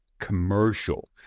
commercial